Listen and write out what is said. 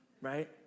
Right